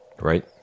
right